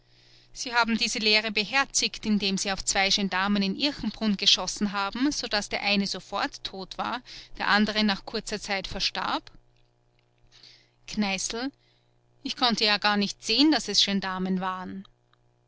sie haben diese lehre beherzigt indem sie auf zwei gendarmen in irchenbrunn geschossen haben so daß der eine sofort tot war der andere nach kurzer zeit verstarb kneißl ich konnte ja gar nicht sehen daß es gendarmen waren